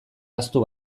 ahaztu